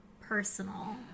personal